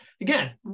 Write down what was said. again